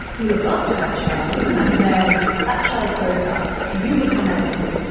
you look after that child. and then that child grows up, you become elderly,